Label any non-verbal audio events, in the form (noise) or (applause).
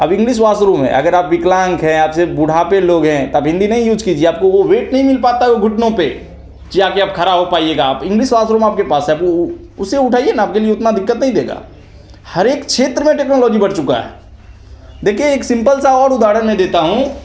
अब English washroom है अगर आप विकलांग है आप से बुढ़ापे लोग हैं तब हिंदी नहीं यूज कीजिए आपको वह वेट नहीं मिल पाता है वह घुटनों पर (unintelligible) आप खड़ा हो पाइएगा इंग्लिस वास्रूम आपके पास है (unintelligible) उससे उठाइए ना आपके लिए उतना दिक्कत नहीं देगा हर एक क्षेत्र में टेक्नोलॉजी बढ़ चूका है देखिए एक सिंपल सा एक और उधारण मै देता हूँ